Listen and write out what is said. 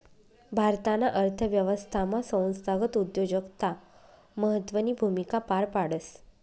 भारताना अर्थव्यवस्थामा संस्थागत उद्योजकता महत्वनी भूमिका पार पाडस